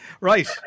Right